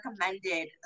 recommended